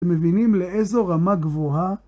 אתם מבינים לאיזו רמה גבוהה?